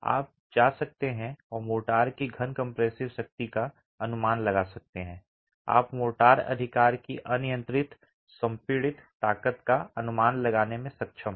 आप जा सकते हैं और मोर्टार की घन compressive शक्ति का अनुमान लगा सकते हैं आप मोर्टार अधिकार की अनियंत्रित संपीड़ित ताकत का अनुमान लगाने में सक्षम हैं